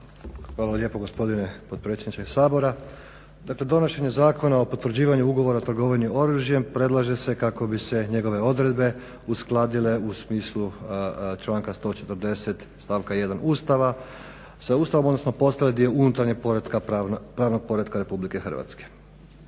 Hvala lijepo gospodine potpredsjedniče Sabora. Dakle, donošenje Zakona o potvrđivanju ugovora o trgovanju oružjem predlaže se kako bi se njegove odredbe uskladile u smislu članka 140. stavka 1. Ustava, sa Ustavom odnosno postali dio unutarnjeg poretka, pravnog poretka Republike Hrvatske.